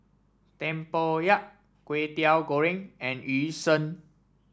Tempoyak Kwetiau Goreng and Yu Sheng